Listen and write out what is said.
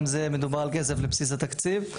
גם זה מדובר על כסף לבסיס התקציב.